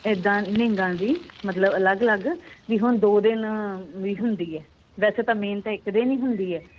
ਇੱਦਾਂ ਨਹੀਂ ਹੈਗਾ ਜੀ ਮਤਲਬ ਅਲੱਗ ਅਲੱਗ ਵੀ ਹੁਣ ਦੋ ਦਿਨ ਵੀ ਹੁੰਦੀ ਹੈ ਵੈਸੇ ਤਾਂ ਮੇਨ ਤਾਂ ਇੱਕ ਹੀ ਹੁੰਦੀ ਆ